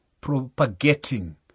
propagating